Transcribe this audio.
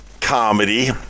comedy